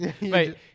Wait